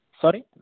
Sorry